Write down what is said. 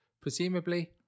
presumably